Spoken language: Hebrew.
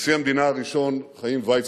נשיא המדינה הראשון, חיים ויצמן,